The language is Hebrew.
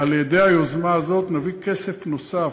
על-ידי היוזמה הזאת נביא כסף נוסף.